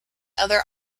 other